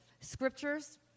scriptures